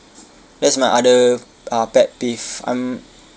that's my other uh pet peeve I'm